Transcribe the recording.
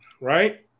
right